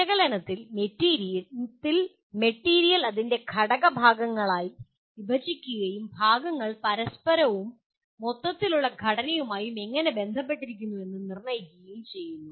വിശകലനത്തിൽ മെറ്റീരിയൽ അതിന്റെ ഘടകഭാഗങ്ങളായി വിഭജിക്കുകയും ഭാഗങ്ങൾ പരസ്പരവും മൊത്തത്തിലുള്ള ഘടനയുമായും എങ്ങനെ ബന്ധപ്പെട്ടിരിക്കുന്നുവെന്നും നിർണ്ണയിക്കുകയും ചെയ്യുന്നു